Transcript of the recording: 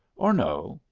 or no.